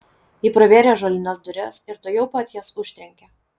ji pravėrė ąžuolines duris ir tuojau pat jas užtrenkė